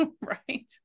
right